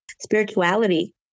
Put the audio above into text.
spirituality